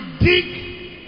dig